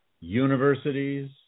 universities